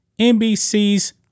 NBC's